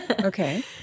Okay